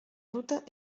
ruta